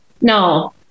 No